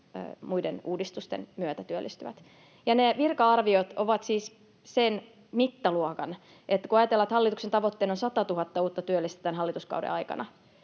muiden uudistusten myötä työllistyvät. Ne virka-arviot ovat siis sitä mittaluokkaa, että kun ajatellaan, että hallituksen tavoitteena on 100 000 uutta työllistä tämän hallituskauden aikana,